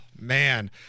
Man